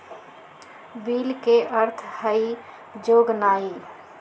bill के अर्थ हइ जोगनाइ